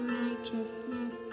righteousness